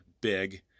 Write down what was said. big